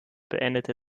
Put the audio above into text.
beendete